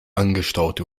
angestaute